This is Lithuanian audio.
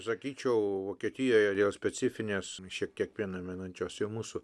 sakyčiau vokietijoje dėl specifinės šiek tiek primenančios ir mūsų